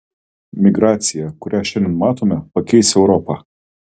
migracija kurią šiandien matome pakeis europą